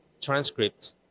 transcript